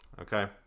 Okay